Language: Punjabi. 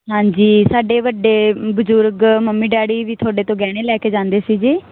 ਹਾਂਜੀ ਸਾਡੇ ਵੱਡੇ ਬਜ਼ੁਰਗ ਮੰਮੀ ਡੈਡੀ ਵੀ ਥੋਡੇ ਤੋਂ ਗਹਿਣੇ ਲੈ ਕੇ ਜਾਂਦੇ ਸੀ ਜੀ